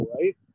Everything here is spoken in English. right